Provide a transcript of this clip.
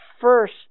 first